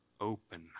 open